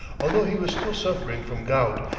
although he was still suffering from gout,